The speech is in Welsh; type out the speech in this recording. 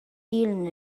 dilyn